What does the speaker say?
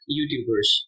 YouTubers